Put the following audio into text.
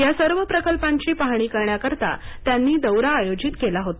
या सर्व प्रकल्पांची पाहणी करण्याकरिता त्यांनी दौरा आयोजित केला होता